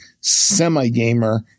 semi-gamer